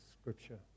scripture